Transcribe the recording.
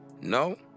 No